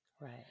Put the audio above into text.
Right